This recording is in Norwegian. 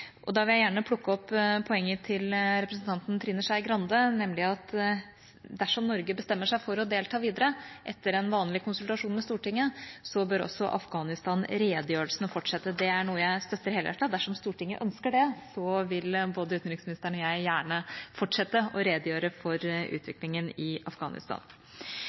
for. Da vil jeg gjerne plukke opp poenget til representanten Trine Skei Grande, nemlig at dersom Norge bestemmer seg for å delta videre etter en vanlig konsultasjon med Stortinget, bør også Afghanistan-redegjørelsene fortsette. Det er noe jeg støtter helhjertet. Dersom Stortinget ønsker det, vil både utenriksministeren og jeg gjerne fortsette å redegjøre for utviklinga i Afghanistan.